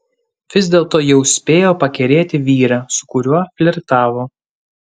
vis dėlto jau spėjo pakerėti vyrą su kuriuo flirtavo